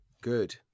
Good